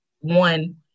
one